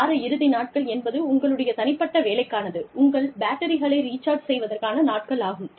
வார இறுதி நாட்கள் என்பது உங்களுடைய தனிப்பட்ட வேலைக்கானது உங்கள் பேட்டரிகளை ரீச்சார்ஜ் செய்வதற்கான நாட்கள் ஆகும்